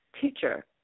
teacher